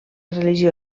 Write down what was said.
religió